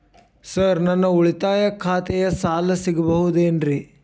Sir ನನ್ನ ಉಳಿತಾಯ ಖಾತೆಯ ಸಾಲ ಸಿಗಬಹುದೇನ್ರಿ?